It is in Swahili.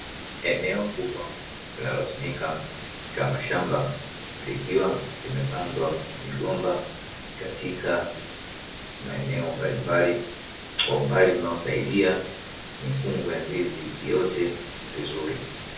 Eneo kubwa linalotumika kama shamba likiwa limepandwa migomba katika maeneo mbalimbali, kwa umbali unaosaidia mikungu ya ndizi iote vizuri.